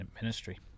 ministry